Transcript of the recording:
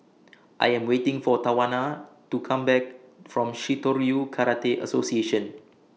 I Am waiting For Tawana to Come Back from Shitoryu Karate Association